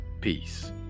peace